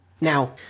Now